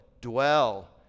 dwell